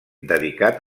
dedicat